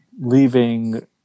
leaving